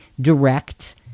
direct